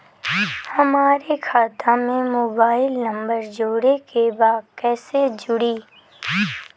हमारे खाता मे मोबाइल नम्बर जोड़े के बा कैसे जुड़ी?